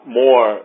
more